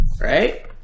right